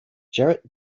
gerrit